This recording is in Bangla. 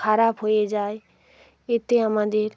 খারাপ হয়ে যায় এতে আমাদের